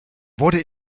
wurde